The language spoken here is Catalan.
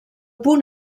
punt